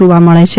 જોવા મળે છે